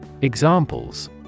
Examples